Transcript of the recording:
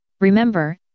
Remember